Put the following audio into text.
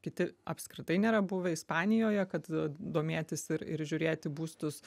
kiti apskritai nėra buvę ispanijoje kad domėtis ir ir žiūrėti būstus